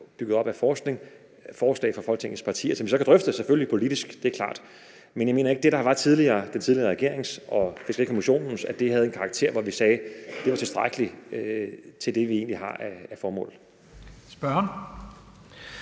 bygget op af forskning, forslag for Folketingets partier, som vi så selvfølgelig kan drøfte politisk; det er klart. Men jeg mener ikke, at det, der var tidligere, altså det fra den tidligere regering og fra Fiskerikommissionen, havde en karakter, hvor vi kunne sige, at det var tilstrækkeligt til det, vi egentlig har af formål. Kl.